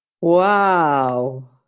Wow